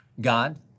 God